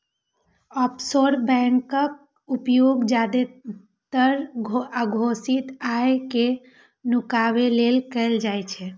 offshore बैंकक उपयोग जादेतर अघोषित आय कें नुकाबै लेल कैल जाइ छै